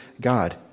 God